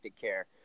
care